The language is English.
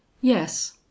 Yes